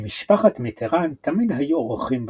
למשפחת מיטראן תמיד היו אורחים בקיץ,